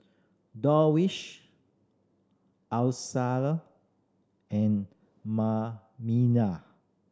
Darwish Alyssa and